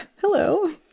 Hello